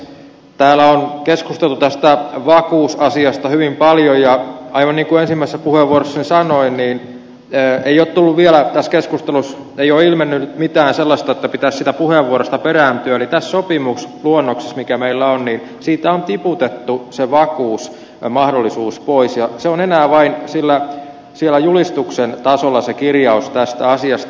täällä on keskusteltu tästä vakuusasiasta hyvin paljon ja aivan niin kuin ensimmäisessä puheenvuorossani sanoin vielä tässä keskustelussa ei ole ilmennyt mitään sellaista että pitäisi siitä puheenvuorosta perääntyä tästä sopimusluonnoksesta mikä meillä on on tiputettu se vakuus ja mahdollisuus pois ja se on siellä enää vain julistuksen tasolla se kirjaus tästä asiasta